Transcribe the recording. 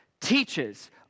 teaches